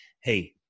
hey